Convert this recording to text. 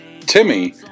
Timmy